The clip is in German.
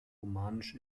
romanisch